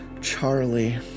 Charlie